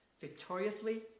victoriously